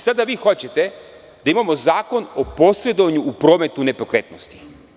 Sada vi hoćete da imamo Zakon o posredovanju u prometu nepokretnosti.